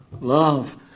Love